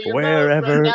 Wherever